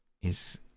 Is